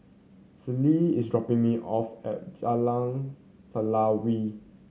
Ceil is dropping me off at Jalan Telawi